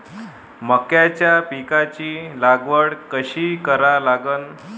मक्याच्या पिकाची लागवड कशी करा लागन?